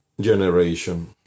generation